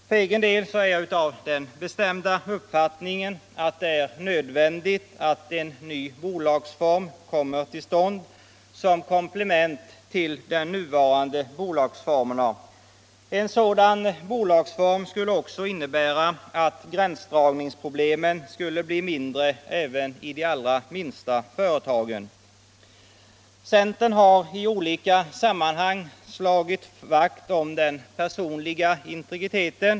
För egen del är jag av den bestämda uppfattningen att det är nödvändigt att en ny bolagsform kommer till stånd som komplement till de nuvarande bolagsformerna. En sådan bolagsform skulle alltså innebära att gränsdragningsproblemen blir mindre även i de allra minsta företagen. Centern har i olika sammanhang slagit vakt om den personliga integriteten.